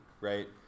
right